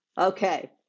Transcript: Okay